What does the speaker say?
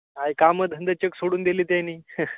काय कामं धंदाचक सोडून दिली त्यांनी